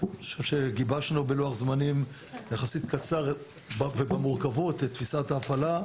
גיבשנו בלוח זמנים קצר יחסית את תפיסת ההפעלה.